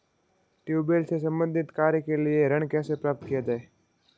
Tubewell से संबंधित कार्य के लिए ऋण कैसे प्राप्त किया जाए?